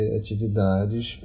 atividades